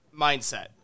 mindset